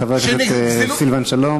חבר הכנסת סילבן שלום,